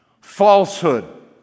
falsehood